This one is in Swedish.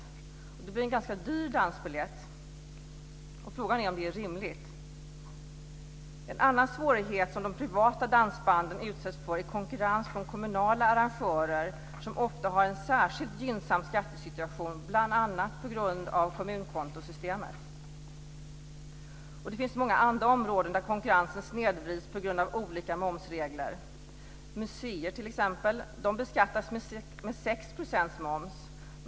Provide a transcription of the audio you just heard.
Det blir en ganska dyr dansbiljett. Frågan är om det är rimligt. En annan svårighet som de privata dansbanden utsätts för är konkurrens från kommunala arrangörer, som ofta har en särskilt gynnsam skattesituation bl.a. på grund av kommunkontosystemet. Det finns många andra områden där konkurrensen snedvrids på grund av olika momsregler. Museer beskattas med 6 % moms.